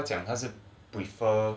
他讲他是 prefer